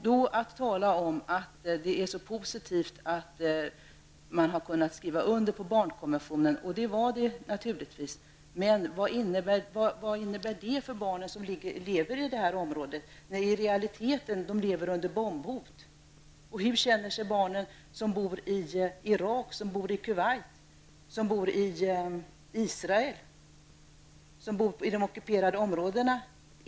Det talades om att det är så positivt att man har kunnat skriva under barnkonventionen, och det är det naturligtvis. Man vad innebär det för barnen i det här området, när de i realiteten lever under bombhot? Och hur känner sig barnen som bor i Irak, i Kuwait, i Israel, i de ockuperade områdena?